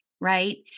Right